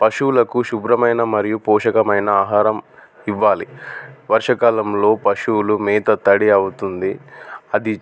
పశువులకు శుభ్రమైన మరియు పోషకమైన ఆహారం ఇవ్వాలి వర్షాకాలంలో పశువులు మేత తడి అవుతుంది అది